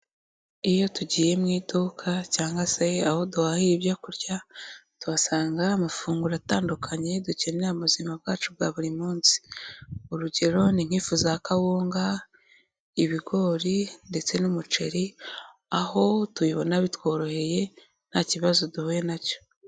Iyo tugiye mu iduka cyangwa se aho duhahira ibyo kurya, tuhasanga amafunguro atandukanye dukeneye mu buzima bwacu bwa buri munsi, urugero ni nk'ifu za kawunga, ibigori ndetse n'umuceri, aho tubibona bitworoheye nta kibazo duhuye nacyo.